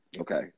Okay